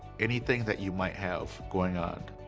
anything that you might have going on,